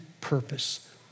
purpose